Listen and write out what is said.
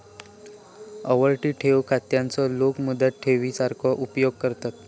आवर्ती ठेव खात्याचो लोक मुदत ठेवी सारखो उपयोग करतत